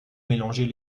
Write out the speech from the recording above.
mélanger